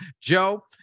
Joe